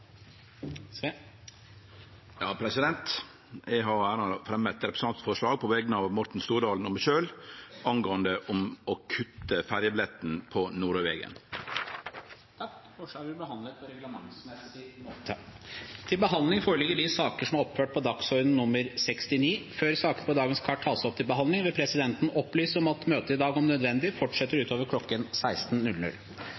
har på vegner av Morten Stordal og meg sjølv æra av å setje fram eit representantforslag om å kutte ferjebilletten på Nordøyvegen. Forslaget vil bli behandlet på reglementsmessig måte. Før sakene på dagens kart tas opp til behandling, vil presidenten opplyse om at møtet i dag om nødvendig fortsetter